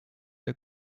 der